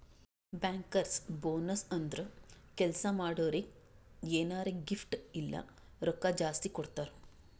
bankers bonus ಅಂದುರ್ ಕೆಲ್ಸಾ ಮಾಡೋರಿಗ್ ಎನಾರೇ ಗಿಫ್ಟ್ ಇಲ್ಲ ರೊಕ್ಕಾ ಜಾಸ್ತಿ ಕೊಡ್ತಾರ್